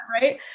right